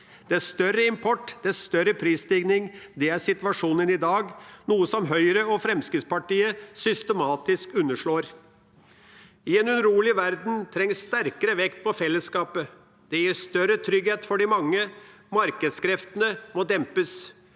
er større import, det er større prisstigning – det er situasjonen i dag, noe som Høyre og Fremskrittspartiet systematisk underslår. I en urolig verden trengs sterkere vekt på fellesskapet. Det gir større trygghet for de mange. Markedskreftene må dempes.